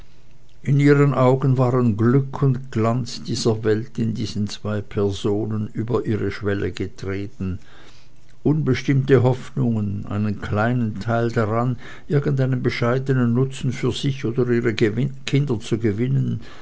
in ihren augen waren glück und glanz dieser welt in diesen zwei personen über ihre schwelle getreten unbestimmte hoffnungen einen kleinen teil daran irgendeinen bescheidenen nutzen für sich oder ihre kinder zu gewinnen